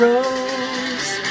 Rose